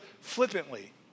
flippantly